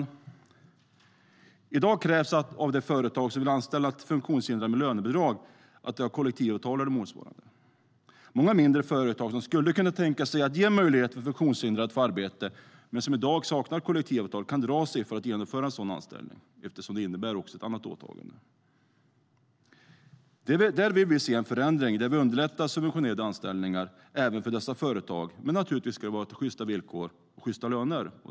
I dag krävs av de företag som vill anställa funktionshindrade med lönebidrag att de har kollektivavtal eller motsvarande. Många mindre företag som skulle kunna tänka sig att ge funktionshindrade arbete men som i dag saknar kollektivavtal kan dra sig för att genomföra en sådan anställning eftersom det innebär ett annat åtagande. Här vill vi se en förändring där vi underlättar subventionerade anställningar även för dessa företag. Naturligtvis ska det vara till sjysta villkor med sjysta löner.